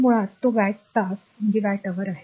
तर मुळात तो वॅटचा तास आहे